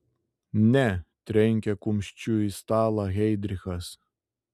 ne trenkė kumščiu į stalą heidrichas